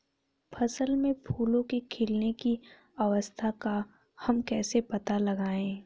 फसल में फूलों के खिलने की अवस्था का हम कैसे पता लगाएं?